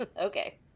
Okay